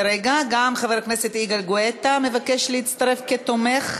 חבר הכנסת יצחק כהן מבקש לפרוטוקול להצטרף כתומך,